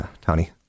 Tony